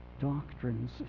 doctrines